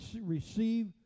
receive